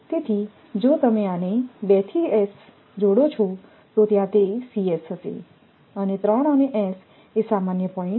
તેથી જો તમે આને 2 થી s જોડો છો તો ત્યાં તે હશે અને 3 અને s એ સામાન્ય પોઇન્ટ્